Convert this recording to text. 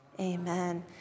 Amen